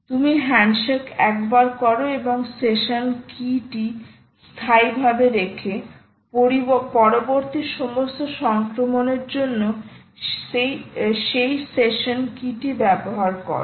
তুমি হ্যান্ডশেক একবার করো এবং সেশন কীটি স্থায়ীভাবে রেখে পরবর্তী সমস্ত সংক্রমণের জন্য সেই সেশন কীটি ব্যবহার করো